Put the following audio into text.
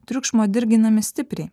triukšmo dirginami stipriai